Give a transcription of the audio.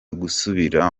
gusubira